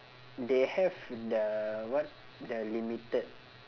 they have the what the limited